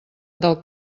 del